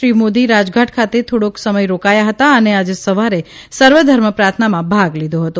શ્રી મોદી રાજઘાટ ખાતે થોડોક સમય રોકાયા હતા અને આજે સવારે સર્વધર્મ પ્રાર્થનામાં ભાગ લીધો હતો